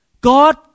God